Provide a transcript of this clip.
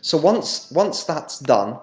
so, once once that's done